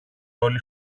όλοι